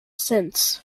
since